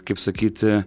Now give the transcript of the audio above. kaip sakyti